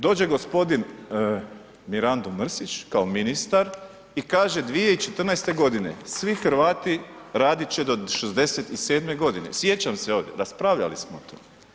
Dođe gospodin Mirando Mrsić kao ministar i kaže 2014. godine: „Svi Hrvati radit će do 67. godine.“ Sjećam se, ovdje raspravljali smo o tome.